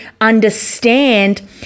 understand